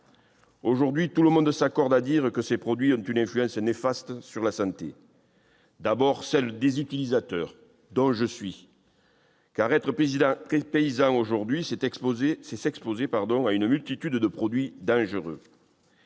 Aujourd'hui, tout le monde s'accorde à dire que ces produits ont une influence néfaste sur la santé, et d'abord sur celle des utilisateurs, dont je suis. En effet, être paysan aujourd'hui, c'est s'exposer à une multitude de produits dangereux.